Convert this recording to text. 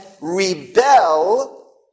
rebel